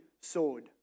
sword